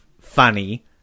funny